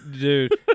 Dude